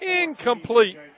Incomplete